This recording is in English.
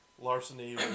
Larceny